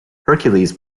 hercules